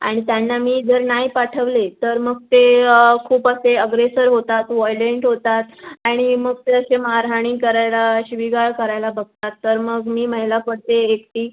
आणि त्यांना मी जर नाही पाठवले तर मग ते खूपच ते अग्रेसर होतात व्हायलेंट होतात आणि मग ते असे मारहाणी करायला शिवीगाळ करायला बघतात तर मग मी महिला पडते एकटी